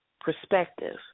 perspective